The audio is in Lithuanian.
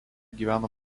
gyveno